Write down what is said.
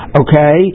okay